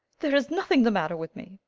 there is nothing the matter with me.